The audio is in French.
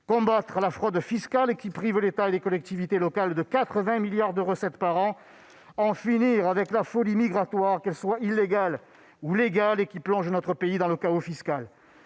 combattre la fraude fiscale, qui prive l'État et les collectivités locales de 80 milliards d'euros de recettes par an. Je propose d'en finir avec la folie migratoire, illégale ou légale, qui plonge notre pays dans le chaos fiscal.